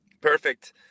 Perfect